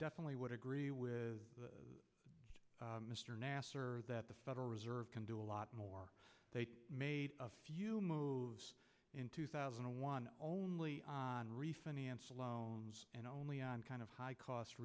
definitely would agree with mr nasser that the federal reserve can do a lot more they made a few moves in two thousand and one only on refinance loans and only on kind of high cost